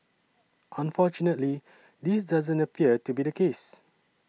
unfortunately this doesn't appear to be the case